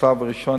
בשלב הראשון,